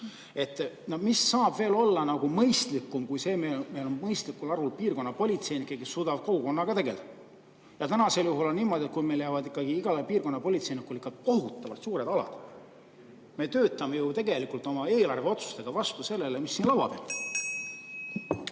Mis saab olla veel mõistlikum kui mõistlikul arvul piirkonnapolitseinikke, kes suudavad kogukonnaga tegeleda? Tänasel juhul on niimoodi, et kui meil jäävad igale piirkonnapolitseinikule ikka kohutavalt suured alad, siis me töötame ju tegelikult oma eelarveotsustega vastu sellele, mis siin laua peal